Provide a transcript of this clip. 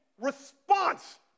response